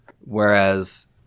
whereas